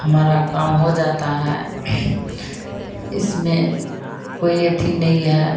हमारा काम हो जाता है इसमें कोई अथी नहीं है